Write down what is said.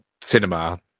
cinema